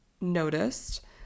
noticed